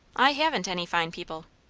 i haven't any fine people.